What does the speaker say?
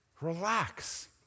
relax